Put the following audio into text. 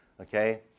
Okay